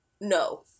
no